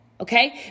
okay